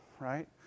right